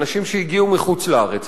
אנשים שהגיעו מחוץ-לארץ,